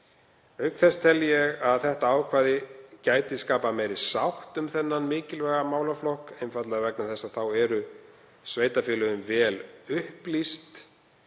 Auk þess tel ég að þetta ákvæði gæti skapað meiri sátt um þennan mikilvæga málaflokk, einfaldlega vegna þess að þá eru sveitarfélögin vel upplýst,